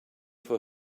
for